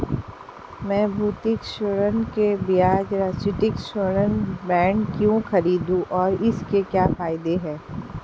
मैं भौतिक स्वर्ण के बजाय राष्ट्रिक स्वर्ण बॉन्ड क्यों खरीदूं और इसके क्या फायदे हैं?